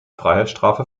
freiheitsstrafe